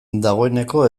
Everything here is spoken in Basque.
dagoeneko